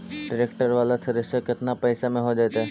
Tractor बाला thresher केतना पैसा में हो जैतै?